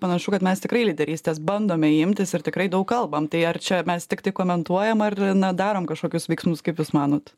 panašu kad mes tikrai lyderystės bandome imtis ir tikrai daug kalbam tai ar čia mes tiktai komentuojam ar na darom kažkokius veiksmus kaip jūs manot